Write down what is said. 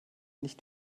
nicht